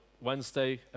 Wednesday